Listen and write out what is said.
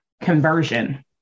conversion